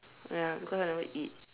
ya because I never eat